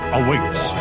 awaits